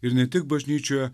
ir ne tik bažnyčioje